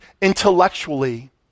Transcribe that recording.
intellectually